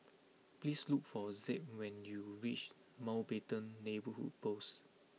please look for Zeb when you reach Mountbatten Neighbourhood Post